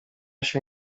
się